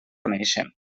coneixen